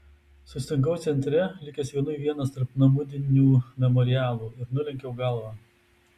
sustingau centre likęs vienui vienas tarp namudinių memorialų ir nulenkiau galvą